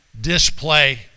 display